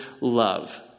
love